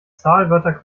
zahlwörter